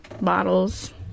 bottles